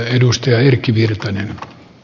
edustaja jyrki wilkn